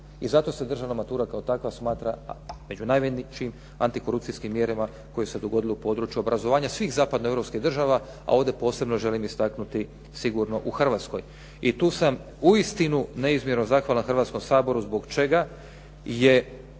I zato se državna matura kao takva smatra među najvećim antikorupcijskim mjerama koje su se dogodile u području obrazovanja svih zapadnoeuropskih država, a ovdje posebno želim istaknuti sigurno u Hrvatskoj. I tu sam uistinu neizmjerno zahvalan Hrvatskom saboru zbog čega je,